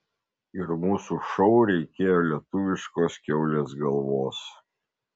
ir mūsų šou reikėjo lietuviškos kiaulės galvos